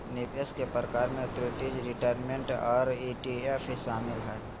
निवेश के प्रकार में एन्नुटीज, रिटायरमेंट और ई.टी.एफ शामिल हय